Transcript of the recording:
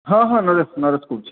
ହଁ ହଁ ନରେଶ ନରେଶ କହୁଛି